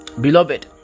beloved